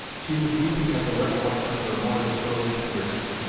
she was weeping at the recollection of her mother's early tenderness,